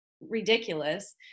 ridiculous